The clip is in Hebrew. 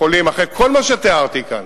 אחרי כל מה שתיארתי כאן,